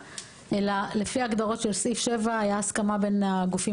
אלא יחול לפי ההגדרות של סעיף 7 והייתה הסכמה בין הגופים